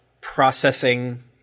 processing